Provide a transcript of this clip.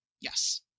Yes